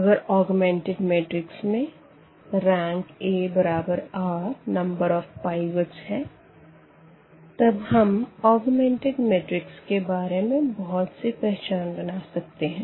अगर augmented matrix में Rank r है तब हम ऑग्मेंटेड मैट्रिक्स के बारे में बहुत सी पहचान बना सकते है